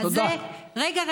תודה.